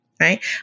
right